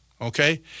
Okay